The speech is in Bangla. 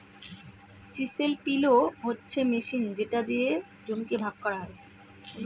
চিসেল পিলও হচ্ছে মেশিন যেটা দিয়ে জমিকে ভাগ করা হয়